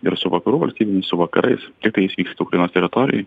ir su vakarų valstybėmis su vakarais tiktais jis vyksta ukrainos teritorijoj